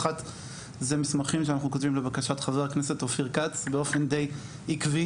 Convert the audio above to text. אחת זה מסמכים שאנחנו כותבים לבקשת חבר הכנסת אופיר כץ באופן די עקבי,